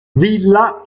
villa